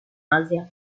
asia